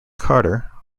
carter